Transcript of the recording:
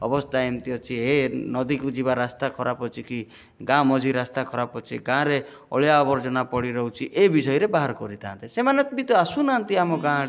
ଅବସ୍ଥା ଏମତି ଅଛି ଏ ନଦୀକୁ ଯିବା ରାସ୍ତା ଖରାପ ଅଛି କି ଗାଁ ମଝି ରାସ୍ତା ଖରାପ ଅଛି ଗାଁରେ ଅଳିଆ ଆବର୍ଜନା ପଡ଼ି ରହୁଛି ଏ ବିଷୟରେ ବାହାର କରିଥାନ୍ତେ ସେମାନେ ବି ତ ଆସୁ ନାହାନ୍ତି ଆମ ଗାଁ ଆଡ଼େ